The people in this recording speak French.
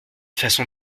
façon